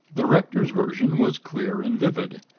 the rector's version was clear and vivid,